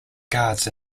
guards